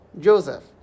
Joseph